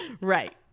right